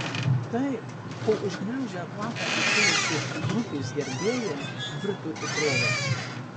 tai ko užgniaužę kvapą tikėjosi grupės gerbėjai virto tikrove